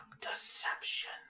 deception